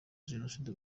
jenoside